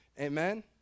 Amen